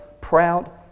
proud